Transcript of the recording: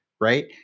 Right